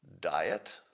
diet